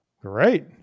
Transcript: Great